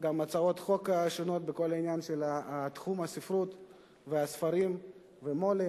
גם הצעות חוק שונות בכל העניין של תחום הספרות והספרים והמו"לים.